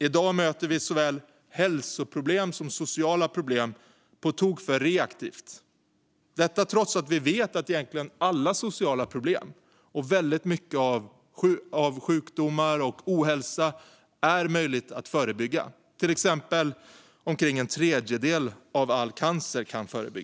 I dag bemöter vi såväl hälsoproblem som sociala problem på tok för reaktivt - detta trots att vi vet att egentligen alla sociala problem och väldigt mycket av sjukdom och ohälsa är möjliga att förebygga, till exempel omkring en tredjedel av all cancer.